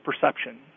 perception